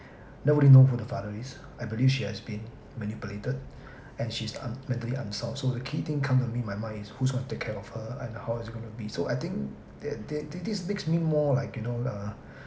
nobody know who the father is I believe she has been manipulated and she's un~ mentally unsound so the key thing come to me my mind is who's going to take care of her and how is it going to be so I think there thi~ this makes me more like you know uh